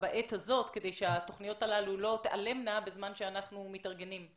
בעת הזאת כדי שהתוכניות הללו לא תעלמנה בזמן שאנחנו מתארגנים.